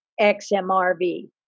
XMRV